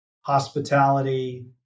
hospitality